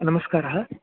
नमस्कारः